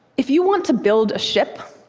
if you want to build a ship,